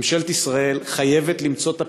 ממשלת ישראל חייבת למצוא את הפתרון,